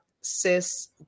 cis